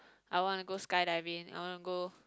I wanna go skydiving I wanna go